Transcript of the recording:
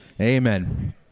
Amen